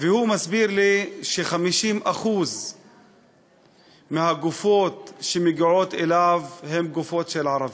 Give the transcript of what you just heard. והוא מסביר לי ש-50% מהגופות שמגיעות אליו הן גופות של ערבים.